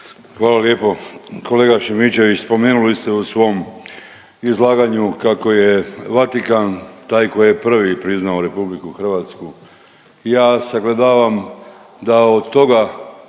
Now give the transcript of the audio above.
Hvala lijepo. Kolega Šimičević spomenuli ste u svom izlaganju kako je Vatikan taj koji je prvi priznao RH. Ja sagledavam da od toga